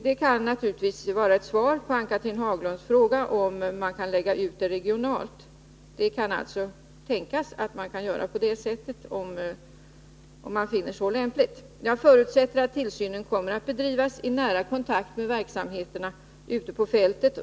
Det kan naturligtvis vara ett svar på Ann Cathrine Haglunds fråga om man kan lägga ut resurserna regionalt. Det kan tänkas att man gör på det sättet om man finner det lämpligt. Jag förutsätter att tillsynen kommer att bedrivas i nära kontakt med verksamheterna ute på fältet.